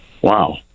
Wow